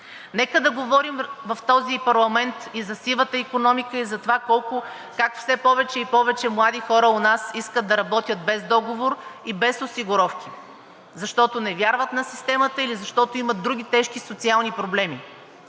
Нека да говорим в този парламент и за сивата икономика, и за това как все повече и повече млади хора у нас искат да работят без договор и без осигуровки, защото не вярват на системата или защото имат други тежки социални проблеми.